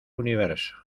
universo